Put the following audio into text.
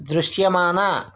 దృశ్యమాన